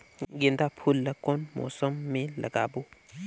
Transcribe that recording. गेंदा फूल ल कौन मौसम मे लगाबो?